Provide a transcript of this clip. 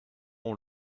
ont